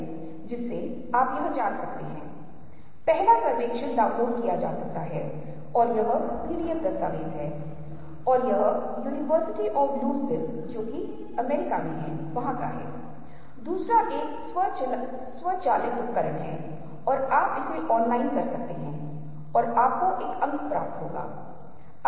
ये सबसे सरल इमारत ब्लॉक हैं उन्हें मन द्वारा लिया जाता है उनका विश्लेषण विभिन्न अन्य चीजों की स्मृति की मदद से किया जाता है जो हमारे दिमाग में संग्रहीत होती हैं और फिर उन्हें भविष्य के लिए एक परिभाषा व्याख्या और नाम दिया जाता है और आगे उपयोग के लिया स्मरण किया जाता है और फिर हमारे पास एक अनुभूति के रूप में जाना जाता है